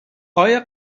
آیا